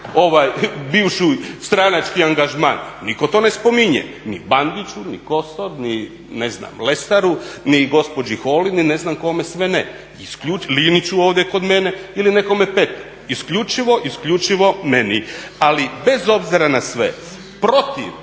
bivši stranački angažman. Nitko to ne spominje ni Bandiću, ni Kosor, ni ne znam Lesaru, ni gospođi Holy, ni ne znam kome sve ne. Liniću ovdje kod mene ili nekome petom. Isključivo, isključivo meni. Ali bez obzira na sve protiv